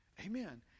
Amen